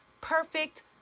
perfect